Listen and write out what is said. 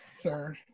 sir